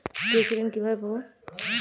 কৃষি ঋন কিভাবে পাব?